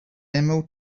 emerald